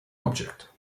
object